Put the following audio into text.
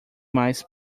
mais